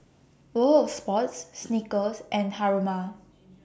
World of Sports Snickers and Haruma